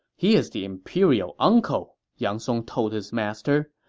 he is the imperial uncle, yang song told his master.